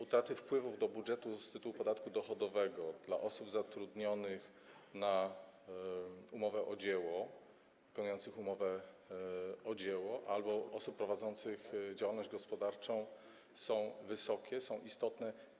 utraty wpływów do budżetu z tytułu podatku dochodowego dla osób zatrudnionych na umowę o dzieło, wypełniających umowę o dzieło, albo osób prowadzących działalność gospodarczą są wysokie, istotne?